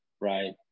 right